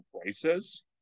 prices